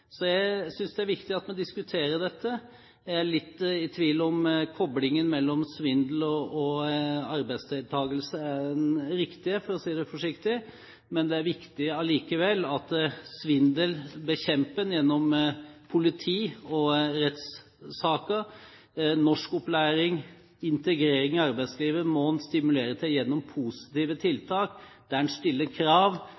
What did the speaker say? Jeg synes det er viktig at vi diskuterer dette. Jeg er litt i tvil om koblingen mellom svindel og arbeidsdeltakelse er riktig, for å si det forsiktig. Men det er allikevel viktig at svindel bekjempes gjennom politi og rettssaker. Norskopplæring og integrering i arbeidslivet må en stimulere til gjennom positive